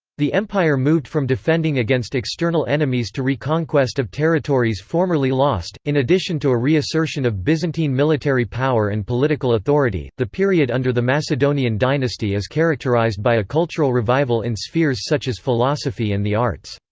the empire moved from defending against external enemies to reconquest of territories formerly lost in addition to a reassertion of byzantine military power and political authority, the period under the macedonian dynasty is characterised by a cultural revival in spheres such as philosophy and the arts.